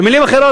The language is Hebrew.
במילים אחרות,